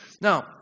Now